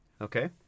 okay